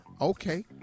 okay